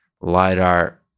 LiDAR